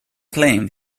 claimed